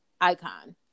Icon